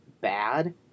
bad